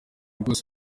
rwose